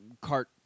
cart